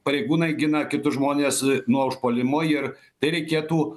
pareigūnai gina kitus žmones nuo užpuolimo ir tai reikėtų